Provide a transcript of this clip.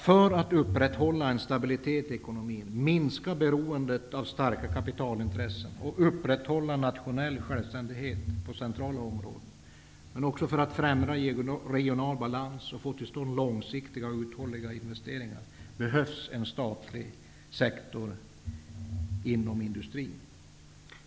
För att upprätthålla en stabilitet i ekonomin, minska beroendet av starka kapitalintressen, upprätthålla nationell självständighet på centrala områden, främja regional balans och få till stånd långsiktiga och uthålliga investeringar behövs en statlig sektor inom industrin.